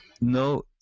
no